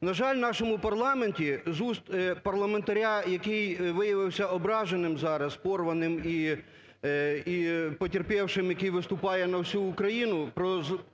На жаль, в нашому парламенті з уст парламентаря, який виявився ображеним зараз, порваним і потерпевшим, який виступає на всю Україну,